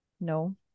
No